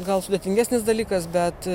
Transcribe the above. gal sudėtingesnis dalykas bet